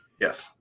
Yes